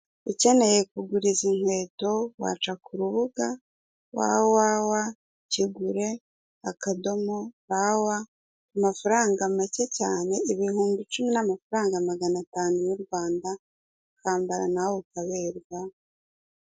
Ukeneye kugura izi nkweto waca ku rubuga www.kigure.rw ku mafaranga make cyane (ibihumbi icumi n'amafaranga magana atanu y'u Rwanda) ukambara nawe ukaberwa.